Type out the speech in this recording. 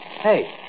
Hey